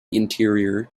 interior